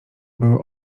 były